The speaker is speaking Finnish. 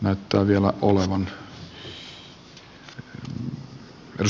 näyttää vielä olevan